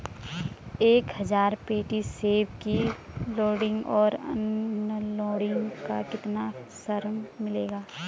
एक हज़ार पेटी सेब की लोडिंग और अनलोडिंग का कितना श्रम मिलेगा?